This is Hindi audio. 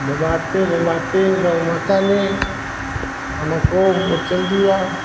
बम्बाते बंबाते गौ माता ने हमको बचन दिया